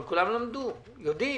אבל כולם למדו ויודעים.